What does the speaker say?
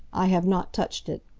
i have not touched it.